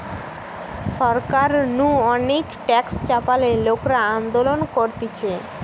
সরকার নু অনেক ট্যাক্স চাপালে লোকরা আন্দোলন করতিছে